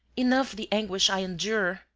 enough the anguish i endure.